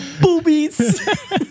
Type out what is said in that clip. Boobies